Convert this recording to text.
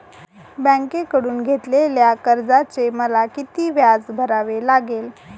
बँकेकडून घेतलेल्या कर्जाचे मला किती व्याज भरावे लागेल?